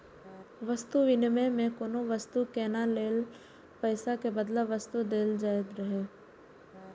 वस्तु विनिमय मे कोनो वस्तु कीनै लेल पैसा के बदला वस्तुए देल जाइत रहै